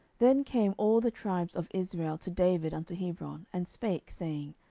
then came all the tribes of israel to david unto hebron, and spake, saying,